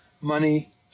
money